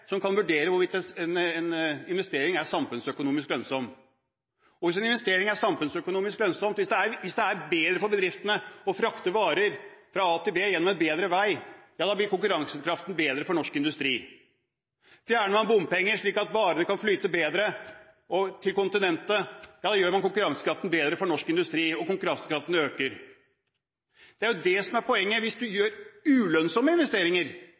som kan vurdere hvorvidt en investering er samfunnsøkonomisk lønnsom. Hvis en investering er samfunnsøkonomisk lønnsom, hvis det er bedre for bedriftene å frakte varer fra A til B på en bedre vei, ja, da blir konkurransekraften bedre for norsk industri. Fjerner man bompenger, slik at varene kan flyte bedre til kontinentet, ja, da gjør man konkurransekraften bedre for norsk industri og konkurransekraften øker. Det er jo det som er poenget. Hvis du gjør samfunnsøkonomisk ulønnsomme investeringer,